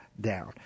down